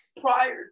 prior